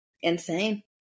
Insane